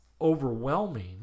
overwhelming